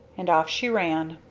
and off she ran.